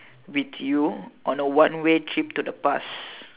with you on a one way trip to the past